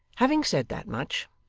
having said that much,